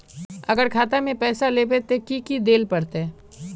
अगर खाता में पैसा लेबे ते की की देल पड़ते?